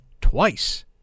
twice